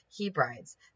hebrides